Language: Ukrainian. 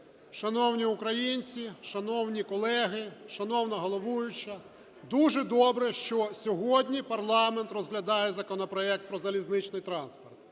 Шановні українці! Шановні колеги! Шановна головуюча! Дуже добре, що сьогодні парламент розглядає законопроект про залізничний транспорт.